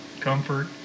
comfort